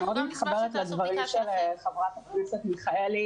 אני מאוד מתחברת לדבריה של חברת הכנסת מיכאלי